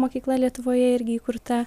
mokykla lietuvoje irgi įkurta